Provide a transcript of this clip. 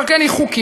ועל כן היא חוקית,